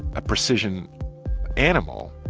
a precision animal,